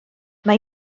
mae